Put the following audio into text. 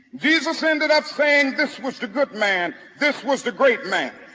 jesus ended up saying, this was the good man this was the great man